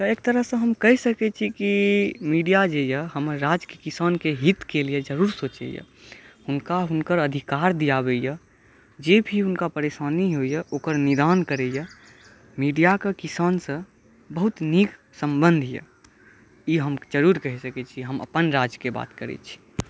तऽ एक तरहसॅं हम कहि सकै छी कि मीडिया जे अछि हमर राज्यके किसानके हितके लेल जरूर सोचैया हुनका हुनकर अधिकार दियाबैया जे भी हुनका परेशानी होइया ओकर निदान करैया मीडियाके किसानसॅं बहुत नीक सम्बन्धये ई हम जरूर कहि सकय छी हम अपन राज्यके बात करैछी